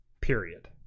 period